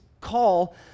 call